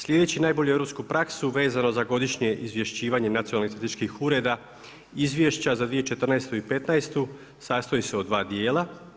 Slijedeći najbolju europsku praksu vezano za godišnje izvješćivanje nacionalnih statističkih ureda izvješća za 2014. i 2015. sastoji se od 2 dijela.